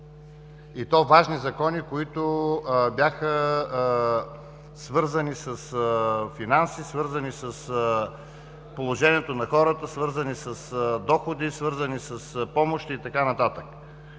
и то важни закони, свързани с финанси, свързани с положението на хората, свързани с доходи, свързани с помощи и така нататък.